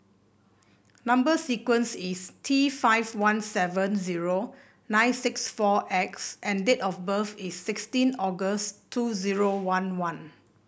number sequence is T five one seven zero nine six four X and date of birth is sixteen August two zero one one